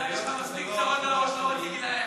השר, יש לך מספיק צרות על הראש, זו לא תשובה שלי.